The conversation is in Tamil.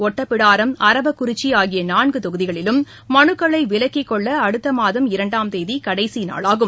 ஒட்டபிராடம் அரவக்குறிச்சி ஆகிய நான்கு தொகுதிகளிலும் மனுக்களை விலக்கிக்கொள்ள அடுத்த மாதம் இரண்டாம் தேதி கடைசி நாளாகும்